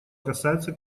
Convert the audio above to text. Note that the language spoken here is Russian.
касаются